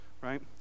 right